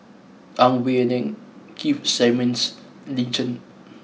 Ang Wei Neng Keith Simmons Lin Chen